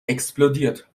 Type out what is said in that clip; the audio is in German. explodiert